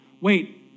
Wait